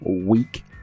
week